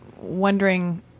wondering